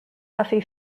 buffy